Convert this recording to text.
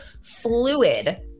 fluid